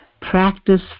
Practice